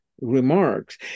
remarks